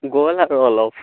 গ'ল আৰু অলপ